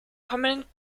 prominent